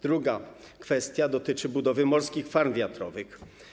Druga kwestia dotyczy budowy morskich farm wiatrowych.